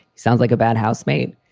sounds like a bad housemate.